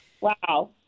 Wow